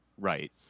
Right